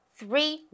three